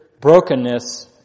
brokenness